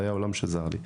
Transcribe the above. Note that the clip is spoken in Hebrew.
זה היה עולם שזר לי.